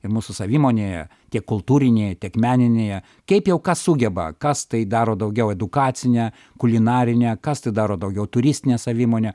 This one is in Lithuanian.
ir mūsų savimonėje tiek kultūrinėje tiek meninėje kaip jau kas sugeba kas tai daro daugiau edukacinę kulinarinę kas tai daro daugiau turistinę savimonę